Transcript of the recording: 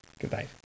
Goodbye